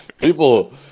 People